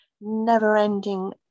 never-ending